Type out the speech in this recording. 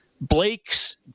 Blake's